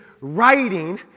writing